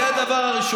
דבר.